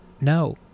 No